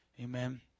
Amen